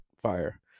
fire